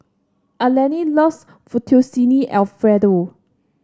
Alene loves Fettuccine Alfredo